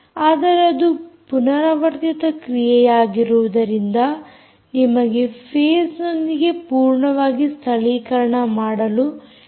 ಆದರೆ ಇದು ಪುನರಾವರ್ತಿತ ಕ್ರಿಯೆಯಾಗಿರುವುದರಿಂದ ನಿಮಗೆ ಫೇಸ್ನೊಂದಿಗೆ ಪೂರ್ಣವಾಗಿ ಸ್ಥಳೀಕರಣ ಮಾಡಲು ಹೆಚ್ಚು ಸ್ಥಿರವಾಗಿರುತ್ತದೆ